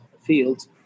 fields